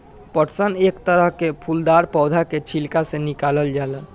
पटसन एक तरह के फूलदार पौधा के छिलका से निकालल जाला